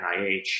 NIH